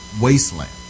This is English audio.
wasteland